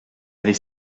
avait